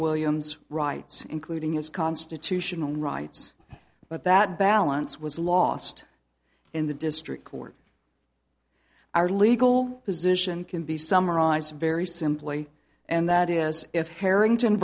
williams rights including his constitutional rights but that balance was lost in the district court our legal position can be summarized very simply and that is if harrington